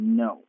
no